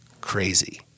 crazy